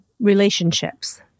relationships